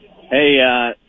Hey